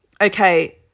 Okay